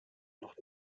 noch